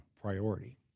priority